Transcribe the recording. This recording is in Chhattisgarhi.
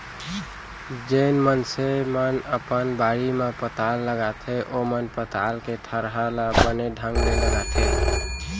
जेन मनसे मन अपन बाड़ी म पताल लगाथें ओमन पताल के थरहा ल बने ढंग ले लगाथें